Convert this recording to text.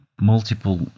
multiple